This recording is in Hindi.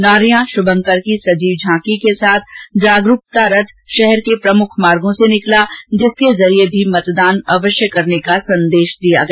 नारयां शुभंकर की सजीव झांकी के साथ जागरूकता रथ शहर के प्रमुख मार्गो से निकला जिसके जरिये भी मतदान अवश्य करने का संदेश दिया गया